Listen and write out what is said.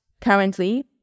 currently